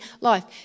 life